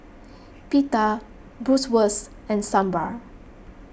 Pita Bratwurst and Sambar